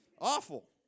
Awful